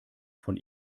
von